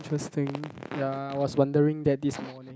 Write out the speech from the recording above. interesting ya I was wondering that this morning